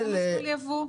זה מסלול ייבוא.